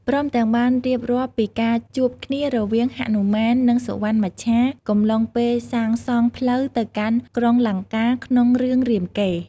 ព្រមទាំងបាន រៀបរាប់ពីការជួបគ្នារបស់ ហនុមាន និង សុវណ្ណមច្ឆា កំឡុងពេលសាងសង់ផ្លូវទៅកាន់ក្រុងលង្កាក្នុង រឿងរាមកេរ្តិ៍។